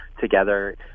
together